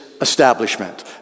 establishment